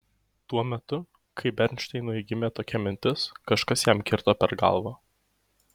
tuo metu kai bernšteinui gimė tokia mintis kažkas jam kirto per galvą